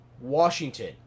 Washington